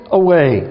away